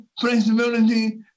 flexibility